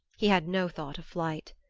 he had no thought of flight.